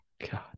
God